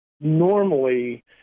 normally